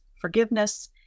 forgiveness